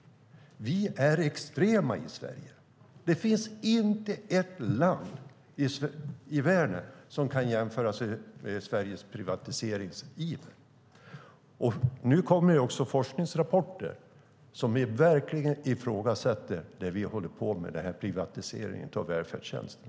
Vi i Sverige är extrema. Det finns inte ett enda land i världen som kan jämföras med Sverige när det gäller privatiseringsivern. Nu kommer dessutom forskningsrapporter som verkligen ifrågasätter det vi håller på med, privatiseringen av välfärdstjänsterna.